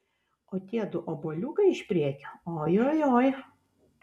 o tiedu obuoliukai iš priekio ojojoi